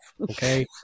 Okay